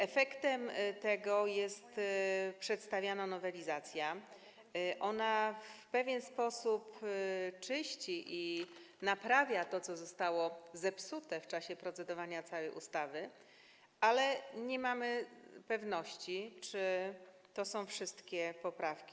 Efektem tego jest przedstawiana nowelizacja, która w pewien sposób czyści i naprawia to, co zostało zepsute w czasie procedowania nad całą ustawą, ale nie mamy pewności, czy to są wszystkie poprawki.